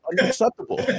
unacceptable